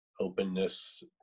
openness